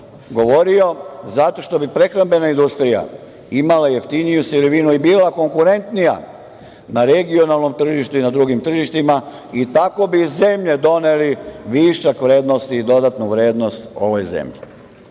govorio zato što bi prehrambena industrija imala jeftiniju sirovinu i bila konkurentnija na regionalnom tržištu i na drugim tržištima i tako bi i iz zemlje doneli višak vrednosti i dodatnu vrednost ovoj zemlji. Dame